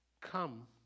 come